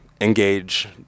engage